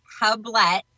Hublet